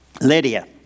Lydia